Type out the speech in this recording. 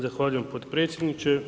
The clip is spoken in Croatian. Zahvaljujem potpredsjedniče.